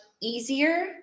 easier